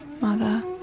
Mother